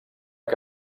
que